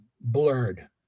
blurred